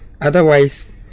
Otherwise